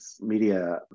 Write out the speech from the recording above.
media